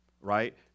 Right